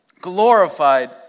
glorified